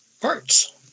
parts